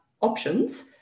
options